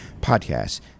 Podcast